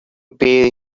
pay